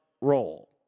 role